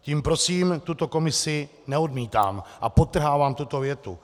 Tím prosím tuto komisi neodmítám a podtrhávám tuto větu.